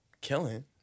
killing